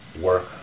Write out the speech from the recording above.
work